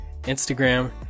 Instagram